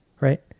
Right